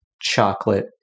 chocolate